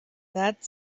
that